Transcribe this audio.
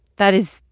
that is.